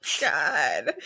God